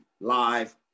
live